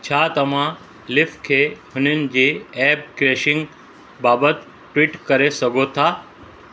छा तव्हां लिफ़ खे हुननि जी ऐप क्रेशिंग बाबति ट्विट करे सघो था